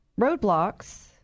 roadblocks